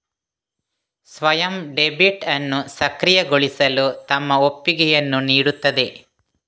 ಸ್ವಯಂ ಡೆಬಿಟ್ ಅನ್ನು ಸಕ್ರಿಯಗೊಳಿಸಲು ತಮ್ಮ ಒಪ್ಪಿಗೆಯನ್ನು ನೀಡುತ್ತದೆ